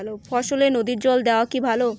ফসলে নদীর জল দেওয়া কি ভাল?